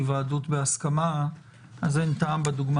הוועדה רשאית לבטל?